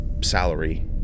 salary